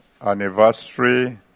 anniversary